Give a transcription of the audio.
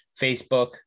Facebook